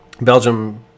Belgium